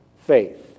faith